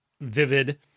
vivid